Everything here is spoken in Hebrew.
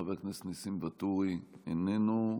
חבר הכנסת ניסים ואטורי, איננו.